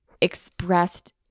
expressed